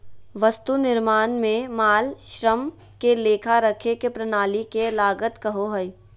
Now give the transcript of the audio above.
वस्तु निर्माण में माल, श्रम के लेखा रखे के प्रणाली के लागत कहो हइ